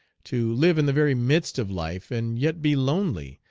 to live in the very midst of life and yet be lonely,